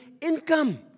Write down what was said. income